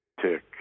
Tick